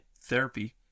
therapy